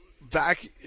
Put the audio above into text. back